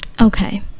Okay